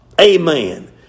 Amen